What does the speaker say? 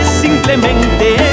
simplemente